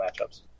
matchups